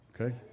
Okay